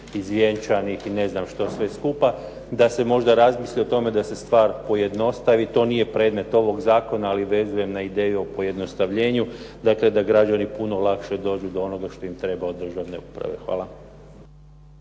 iz vjenčanih i ne znam što sve skupa, da se možda razmisli o tome da se stvar pojednostavi. To nije predmet ovog zakona, ali vezujem na ideju o pojednostavljenju, dakle da građani puno lakše do onoga što im treba od državne uprave. Hvala.